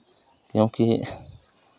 क्योंकि